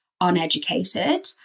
uneducated